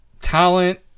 talent